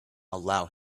allow